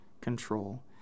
control